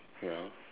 ya